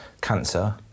cancer